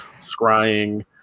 Scrying